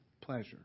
pleasure